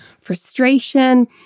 frustration